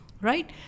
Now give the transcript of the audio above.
Right